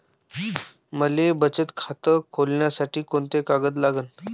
मले बचत खातं खोलासाठी कोंते कागद लागन?